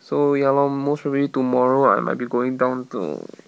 so ya lor most probably tomorrow I might be going down to